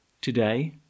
Today